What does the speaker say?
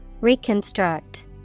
Reconstruct